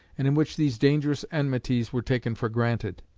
and in which these dangerous enmities were taken for granted.